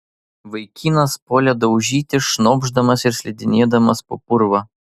vaikinas puolė daužyti šnopšdamas ir slidinėdamas po purvą